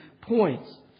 points